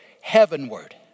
heavenward